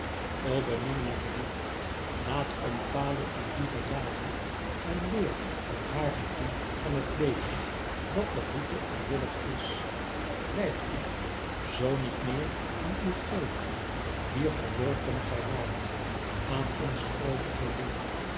o beminlijke held laat omfale u liever raden en leer van haar het doel van het leven dat der boete onwillig is wijd u zoo niet meer aan ùw goden wier verworpene gij waart aan onze groote godin